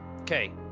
Okay